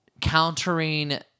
countering